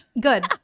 Good